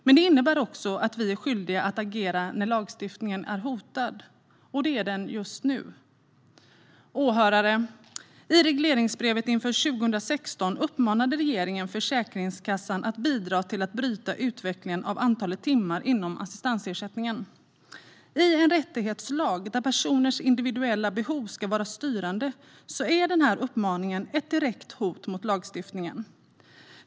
Men det innebär också att vi är skyldiga att agera när lagstiftningen är hotad, och det är den nu. Åhörare! I regleringsbrevet för 2016 uppmanade regeringen Försäkringskassan att bidra till att bryta utvecklingen av antalet timmar inom assistansersättningen. När det gäller en rättighetslag där personers individuella behov ska vara styrande är denna uppmaning ett direkt hot mot lagstiftningen.